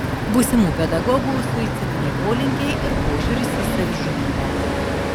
būsimų pedagogų suicidiniai polinkiai ir požiūris į savižudybę